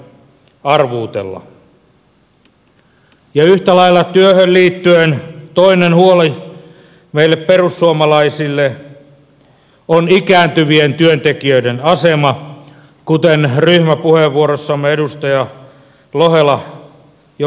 yhtä lailla työhön liittyen toinen huoli meille perussuomalaisille on ikääntyvien työntekijöiden asema kuten ryhmäpuheenvuorossamme edustaja lohela jo viittasi